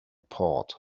port